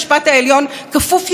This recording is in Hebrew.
זה כבר לא יפתיע אותנו,